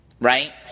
right